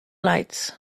lights